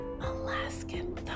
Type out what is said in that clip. Alaskan